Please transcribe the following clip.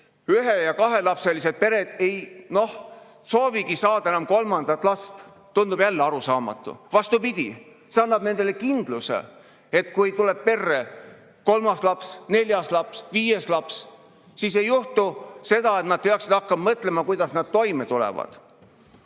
ühe- ja kahelapselised pered ei soovigi saada enam kolmandat last – no see tundub arusaamatu. Vastupidi, see annab peredele kindluse, et kui tuleb perre kolmas laps, neljas laps või viies laps, siis ei juhtu nii, et peab hakkama mõtlema, kuidas toime tulla.